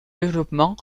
développement